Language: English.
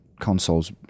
consoles